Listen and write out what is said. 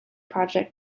project